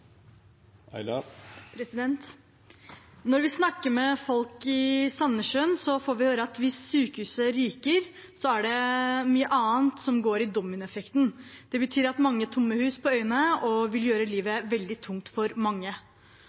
Når vi snakker med folk i Sandnessjøen, får vi høre at hvis sykehuset ryker, er det mye annet som går med i dominoeffekten. Det betyr mange tomme hus på øyene, og det vil gjøre livet veldig tungt for mange,